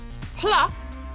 Plus